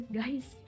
guys